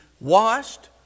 washed